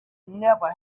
never